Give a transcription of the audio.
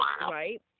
right